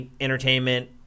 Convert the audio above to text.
Entertainment